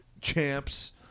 champs